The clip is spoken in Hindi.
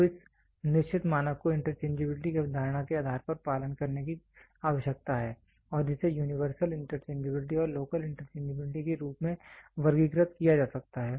तो इस निश्चित मानक को इंटरचेंजबिलिटी की अवधारणा के आधार पर पालन करने की आवश्यकता है और जिसे यूनिवर्सल इंटरचेंजबिलिटी और लोकल इंटरचेंजबिलिटी के रूप में वर्गीकृत किया जा सकता है